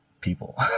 people